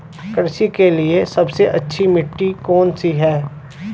कृषि के लिए सबसे अच्छी मिट्टी कौन सी है?